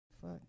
Fuck